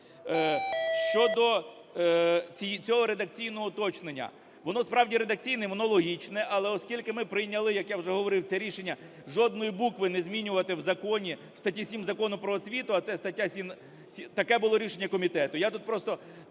Щодо цього редакційного уточнення. Воно, справді, редакційне, воно логічне. Але оскільки ми прийняли, як я вже говорив, це рішення – жодної букви не змінювати в законі, в статті 7 Закону "Про освіту". А це стаття… Таке було рішення комітету.